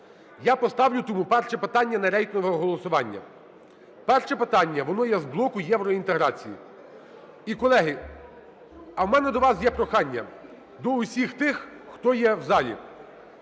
Я поставлю тому перше питання на рейтингове голосування. Перше питання, воно є з блоку євроінтеграції. І, колеги, а у мене до вас є прохання, до усіх тих, хто є в залі,